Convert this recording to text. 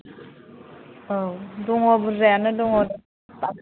औ दङ बुरजायानो दङ